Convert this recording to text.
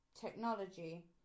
technology